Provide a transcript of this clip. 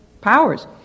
powers